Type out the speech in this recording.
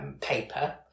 paper